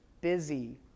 busy